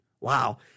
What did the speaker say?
Wow